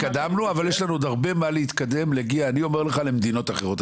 אבל יש לנו עוד הרבה לאן להתקדם כדי להגיע למדינות אחרות.